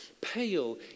pale